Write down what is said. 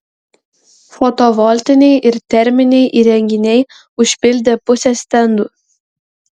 fotovoltiniai ir terminiai įrenginiai užpildė pusę stendų